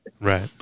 Right